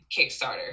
kickstarter